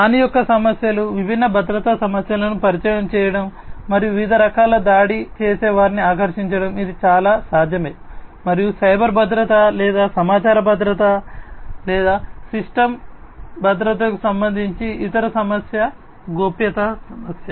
హాని యొక్క సమస్యలు విభిన్న భద్రతా సమస్యలను పరిచయం చేయడం మరియు వివిధ రకాల దాడి చేసేవారిని ఆకర్షించడం ఇది చాలా సాధ్యమే మరియు సైబర్ భద్రత లేదా సమాచార భద్రత లేదా సిస్టమ్ భద్రతకు సంబంధించిన ఇతర సమస్య గోప్యతా సమస్య